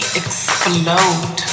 explode